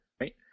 right